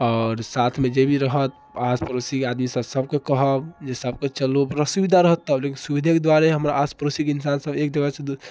आओर साथमे जे भी रहत आस पड़ोसी आदमी सब सबके कहब जे सब केओ चलु अपना सुविधा रहत तब लेकिन सुविधेके दुआरे हमर आस पड़ोसी तीन सालसँ एक जगहसँ दोसर